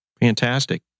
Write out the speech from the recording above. Fantastic